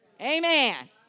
Amen